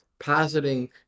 positing